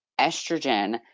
estrogen